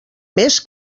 més